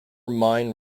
mine